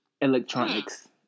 Electronics